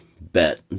bet